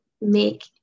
make